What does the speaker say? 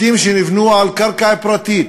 בתים שנבנו על קרקע פרטית,